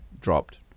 dropped